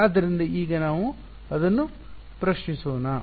ಆದ್ದರಿಂದ ಈಗ ನಾವು ಅದನ್ನು ಪ್ರಶ್ನಿಸೋಣ